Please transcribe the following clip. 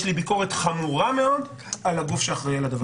יש לי ביקורת חמורה מאוד על הגוף שאחראי על הדבר.